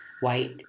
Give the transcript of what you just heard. White